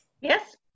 Yes